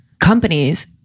companies